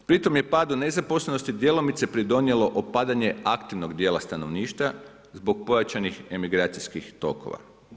Pritom je padu nezaposlenosti djelomice pridonijelo opadanje aktivnog dijela stanovništva zbog pojačanih emigracijskih tokova.